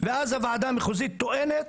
ואז הוועדה המחוזית טוענת